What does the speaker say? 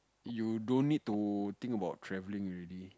you don't need to think about travelling already